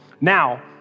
Now